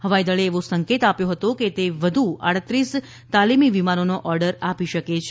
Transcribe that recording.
હવાઈદળે એવો સંકેત આપ્યો હતો કે તે વધુ આડત્રીસ તાલીમી વિમાનોનો ઓર્ડર આપી શકે છે